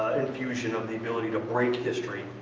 infusion of the ability to break history